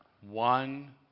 One